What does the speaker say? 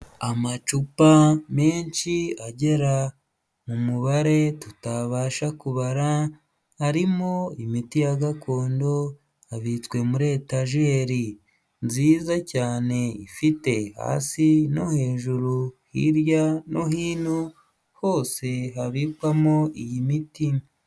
Amacupa menshi agera mu mubare tutabasha kubara harimo imiti ya gakondo, abitswe muri etajeri nziza cyane, ifite hasi no hejuru hirya no hino, hose habikwamo iyi miti.